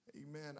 Amen